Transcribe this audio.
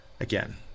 again